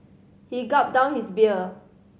he gulped down his beer